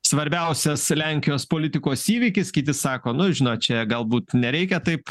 svarbiausias lenkijos politikos įvykis kiti sako nu žinot čia galbūt nereikia taip